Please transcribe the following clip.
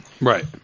Right